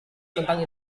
tentang